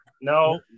no